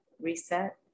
reset